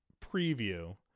preview